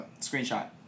screenshot